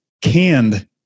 canned